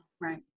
Right